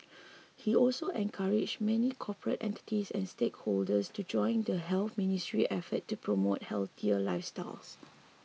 he also encouraged many corporate entities and stakeholders to join in the Health Ministry's efforts to promote healthier lifestyles